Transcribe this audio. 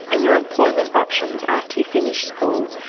and your employment options after you finished school,